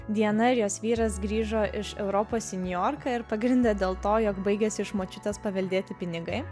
dieną jos vyras grįžo iš europos į niujorką ir pagrinde dėl to jog baigėsi iš močiutės paveldėti pinigai